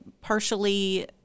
partially